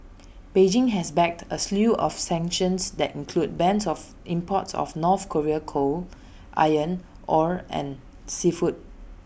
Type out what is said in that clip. Beijing has backed A slew of sanctions that include bans on imports of north Korean coal iron ore and seafood